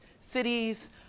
cities